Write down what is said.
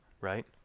right